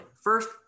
First